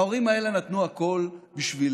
ההורים האלה נתנו הכול בשבילנו,